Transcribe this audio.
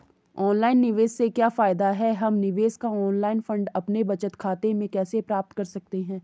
Online निवेश से क्या फायदा है हम निवेश का ऑनलाइन फंड अपने बचत खाते में कैसे प्राप्त कर सकते हैं?